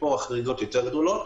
ופה החריגות יותר גדולות